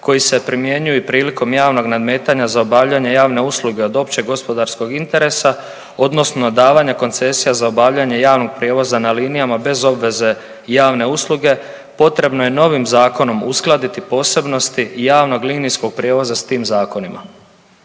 koji se primjenjuju i prilikom javnog nadmetanja za obavljanje javne usluge od općeg gospodarskog interesa odnosno davanje koncesija za obavljanje javnog prijevoza na linijama bez obveze javne usluge. Potrebno je novim zakonom uskladiti posebnosti javnog linijskog prijevoza s tim zakonima.